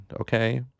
okay